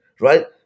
right